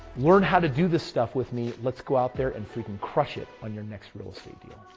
learn how to do this stuff with me. let's go out there and if we can crush it on your next real estate deal.